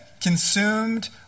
consumed